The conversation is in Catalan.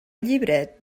llibret